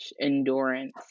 endurance